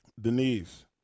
Denise